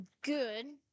good